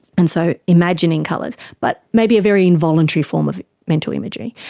and so imagining colours, but maybe a very involuntary form of mental imaging.